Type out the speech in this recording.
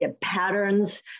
patterns